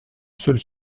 seule